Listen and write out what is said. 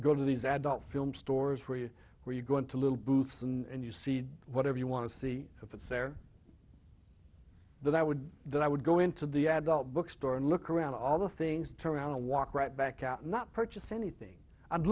go to these adult film stores where you where you're going to little booths and you see whatever you want to see if it's there that i would that i would go into the adult bookstore and look around all the things turn around and walk right back out not purchase anything